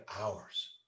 hours